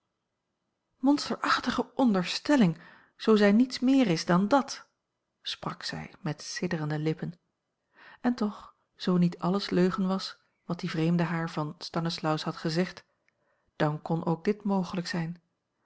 monsterachtige onderstelling zoo zij niets meer is dan dit sprak zij met sidderende lippen en toch zoo niet alles leugen was wat die vreemde haar van stanislaus had gezegd dan kon ook dit mogelijk zijn